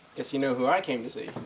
guess you know who i came to see.